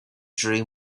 dream